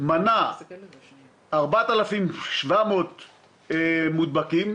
מנע 4,700 מודבקים,